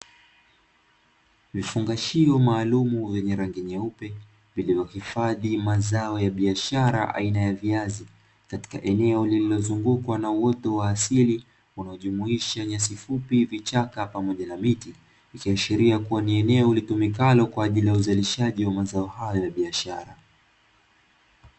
Vifangashio maalumu vyenye rangi nyeupe vilivyohifadhi mazao ya biashara aina ya viazi, katika eneo lililozungukwa na uoto wa asili unaojumuisha nyasi fupi, vichaka pamoja na miti; ikiashiria kuwa ni eneo litumikalo kwa ajili ya uzalishaji wa mazao hayo ya biashara.